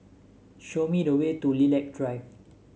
show me the way to Lilac Drive